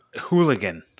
Hooligan